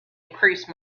increase